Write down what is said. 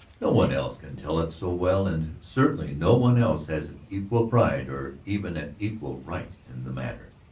no one else can tell it so well, and certainly no one else has an equal pride or even an equal right in the matter.